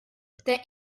the